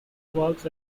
works